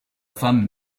femme